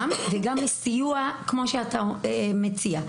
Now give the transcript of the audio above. גם, אבל גם לסיוע כמו שאתה מציע.